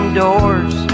doors